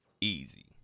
Easy